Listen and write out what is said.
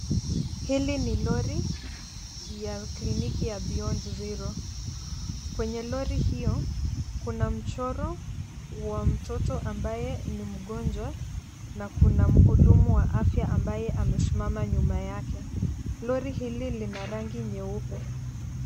Hili ni lori ya kliniki ya Beyond zero . Kwenye lori hiyo kuna mchoro wa mtoto ambaye ni mgonjwa na kuna mhudumu wa afya ambaye amesimama nyuma yake. Lori hili lina rangi nyeupe.